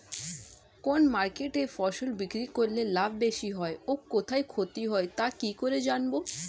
কোন মার্কেটে ফসল বিক্রি করলে লাভ বেশি হয় ও কোথায় ক্ষতি হয় তা কি করে জানবো?